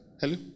Hello